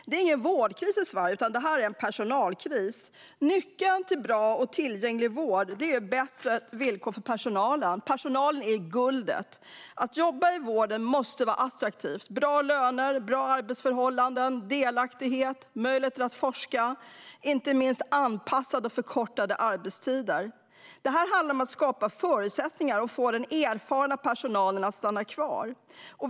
Det är ingen vårdkris i Sverige, utan det här är en personalkris. Nyckeln till bra och tillgänglig vård är bättre villkor för personalen. Personalen är guldet. Att jobba i vården måste vara attraktivt med bra löner, bra arbetsförhållanden, delaktighet, möjligheter till att forska och inte minst anpassade och förkortade arbetstider. Det handlar om att skapa förutsättningar för att få den erfarna personalen att stanna kvar.